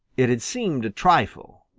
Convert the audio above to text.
it had seemed a trifle,